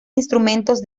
instrumentos